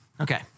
Okay